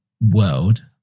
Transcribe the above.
world